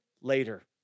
later